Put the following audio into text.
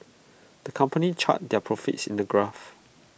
the company charted their profits in A graph